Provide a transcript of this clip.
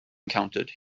encountered